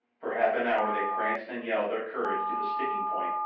for half an hour they pranced and yelled their courage to the sticking-point,